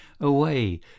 away